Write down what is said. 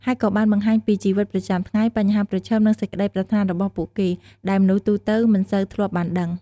ហើយក៏បានបង្ហាញពីជីវិតប្រចាំថ្ងៃ បញ្ហាប្រឈម និងសេចក្តីប្រាថ្នារបស់ពួកគេ ដែលមនុស្សទូទៅមិនសូវធ្លាប់បានដឹង ។